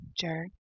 jerk